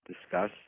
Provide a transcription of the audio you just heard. discuss